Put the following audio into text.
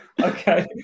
Okay